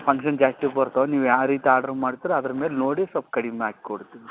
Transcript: function ಜಾಸ್ತಿ ಬರ್ತವೆ ನೀವು ಯಾವ ರೀತಿ ಆರ್ಡ್ರ್ ಮಾಡ್ತೀರೋ ಅದ್ರ ಮೇಲೆ ನೋಡಿ ಸ್ವಲ್ಪ ಕಡಿಮೆ ಮಾಡಿ ಕೊಡ್ತೀವಿ